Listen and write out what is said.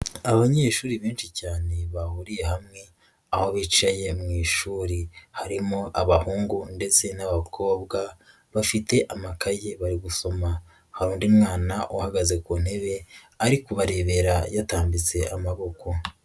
Abanyeshuri benshi cyane bahuriye hamwe, aho bicaye mu ishuri harimo abahungu ndetse n'abakobwa bafite amakaye bari gusoma. Hari undi mwana uhagaze ku ntebe ari kubarebera yatambitse amaboko.